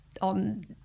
on